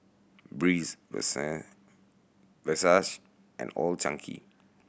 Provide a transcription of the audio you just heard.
Breeze Versace and Old Chang Kee